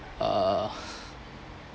uh